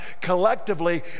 collectively